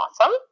awesome